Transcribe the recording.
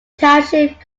township